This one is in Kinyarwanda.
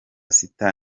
sita